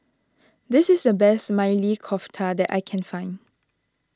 this is the best Maili Kofta that I can find